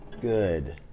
good